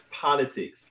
politics